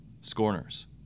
Scorners